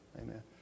amen